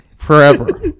Forever